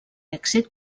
èxit